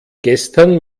gestern